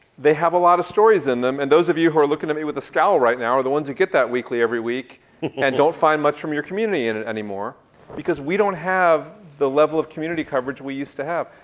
they have a lot of stories in them. and those of you who are looking at me with a scowl right now are the ones who get that weekly every week and don't find much from your community in it anymore because we don't have the level of community coverage we used to have.